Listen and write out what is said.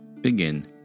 Begin